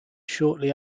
shortly